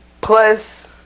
plus